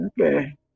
Okay